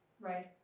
right